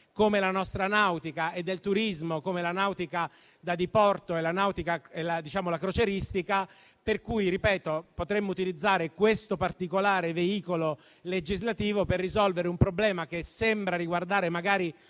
come la nostra nautica, e del turismo, come la nautica da diporto e la nautica crocieristica, per cui potremmo utilizzare questo particolare veicolo legislativo per risolvere un problema che sembra riguardare magari